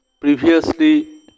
previously